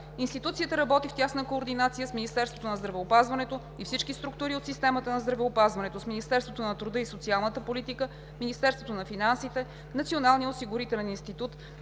Институцията работи в тясна координация с Министерството на здравеопазването и всички структури от системата на здравеопазването, с Министерството на труда и социалната политика, Министерството на финансите, Националния осигурителен институт.